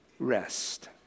Rest